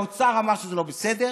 האוצר אמר שזה לא בסדר,